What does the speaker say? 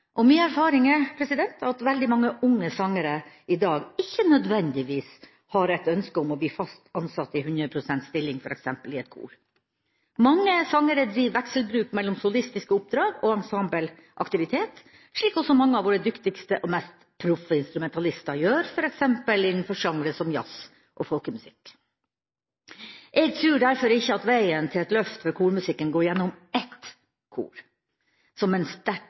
Min erfaring er at veldig mange unge sangere i dag ikke nødvendigvis har et ønske om å bli fast ansatt i 100 pst. stilling, f.eks. i et kor. Mange sangere driver vekselbruk mellom solistiske oppdrag og ensembleaktivitet, slik også mange av våre dyktigste og mest proffe instrumentalister gjør, f.eks. innenfor sjangre som jazz og folkemusikk. Jeg tror derfor ikke at veien til et løft for kormusikken går gjennom ett kor, som en